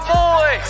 boy